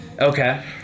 Okay